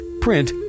print